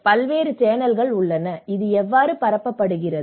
பல்வேறு சேனல்கள் என்ன இது எவ்வாறு பரப்பப்படுகிறது